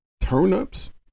turnips